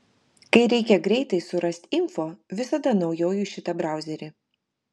kai reikia greitai surast info visada naudoju šitą brauserį